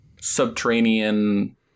subterranean